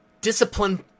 Discipline